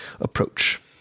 approach